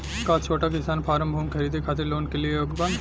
का छोटा किसान फारम भूमि खरीदे खातिर लोन के लिए योग्य बा?